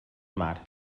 mar